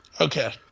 Okay